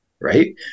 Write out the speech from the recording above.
Right